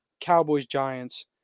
Cowboys-Giants